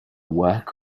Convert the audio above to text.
work